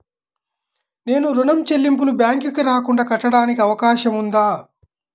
నేను ఋణం చెల్లింపులు బ్యాంకుకి రాకుండా కట్టడానికి అవకాశం ఉందా?